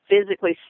physically